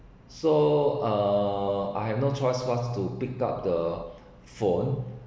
so uh I have no choice but to pick up the phone